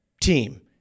team